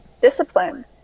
discipline